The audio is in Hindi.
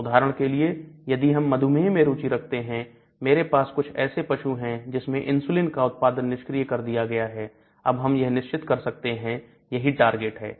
उदाहरण के लिए यदि हम मधुमेह में रुचि रखते हैं मेरे पास कुछ ऐसे पशु हैं जिसमें इंसुलिन का उत्पादन निष्क्रिय कर दिया गया है अब हम यह निश्चित कर सकते हैं यही टारगेट है